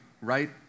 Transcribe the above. right